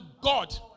God